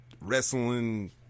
wrestling